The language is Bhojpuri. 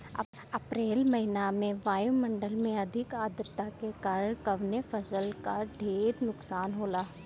अप्रैल महिना में वायु मंडल में अधिक आद्रता के कारण कवने फसल क ढेर नुकसान होला?